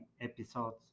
episodes